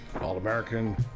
All-American